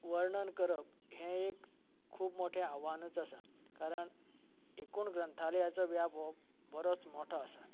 वर्णन करप हे एक खूब मोठे आव्हानच आसा कारण एकूण ग्रंथालयाचो व्याप हो बरोच मोठो आसा